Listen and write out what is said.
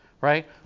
right